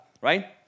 right